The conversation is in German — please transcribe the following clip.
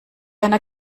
einer